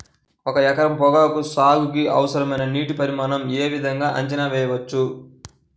ఒక ఎకరం పొగాకు సాగుకి అవసరమైన నీటి పరిమాణం యే విధంగా అంచనా వేయవచ్చు?